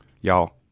Y'all